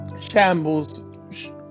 Shambles